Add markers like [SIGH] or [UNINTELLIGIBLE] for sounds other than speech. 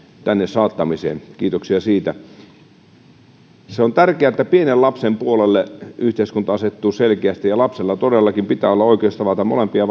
tänne saattamiseen kiitoksia siitä se on tärkeää että pienen lapsen puolelle yhteiskunta asettuu selkeästi ja lapsella todellakin pitää olla oikeus tavata molempia [UNINTELLIGIBLE]